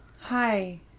Hi